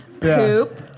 Poop